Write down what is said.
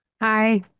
Hi